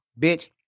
bitch